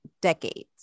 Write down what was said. decades